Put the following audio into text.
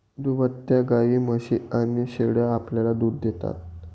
दुभत्या गायी, म्हशी आणि शेळ्या आपल्याला दूध देतात